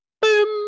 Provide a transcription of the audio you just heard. boom